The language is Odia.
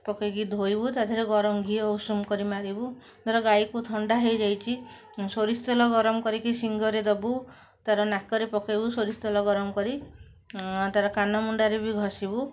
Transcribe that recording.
ପକାଇକି ଧୋଇବୁ ତା'ଧିଅରେ ଗରମ ଘିଅ ଉଷୁମ କରି ମାରିବୁ ଧର ଗାଈକୁ ଥଣ୍ଡା ହେଇଯାଇଛି ସୋରିଷ ତେଲ ଗରମ କରିକି ଶିଙ୍ଘରେ ଦେବୁ ତା'ର ନାକରେ ପକାଇବୁ ସୋରିଷ ତେଲ ଗରମ କରି ତା'ର କାନମୁଣ୍ଡାରେ ବି ଘଷିବୁ